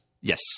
Yes